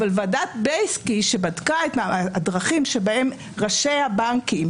אבל ועדת בייסקי שבדקה את הדרכים שבהן ראשי הבנקים